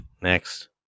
Next